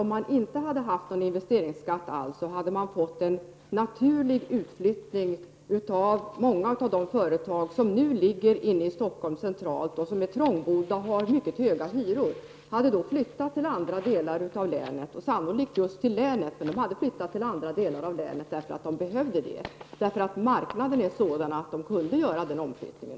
Om man inte skulle ha haft någon investeringsskatt alls tror jag att man hade fått en naturlig utflyttning av många av de företag som nu ligger i centrala — Prot. 1989/90:105 Stockholm och är trångbodda och har höga hyror. De hade då kunnat flytta — 19 april 1990 ut till andra delar av länet, eftersom de skulle ha behövt det. Det är sannolikt. 7 att de skulle ha hållit sig inom länet. Marknaden är sådan att de kunde göra den omflyttningen.